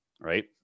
right